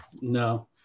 No